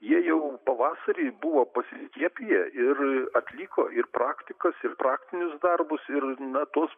jie jau pavasarį buvo pasiskiepiję ir atliko ir praktikas ir praktinius darbus ir na tuos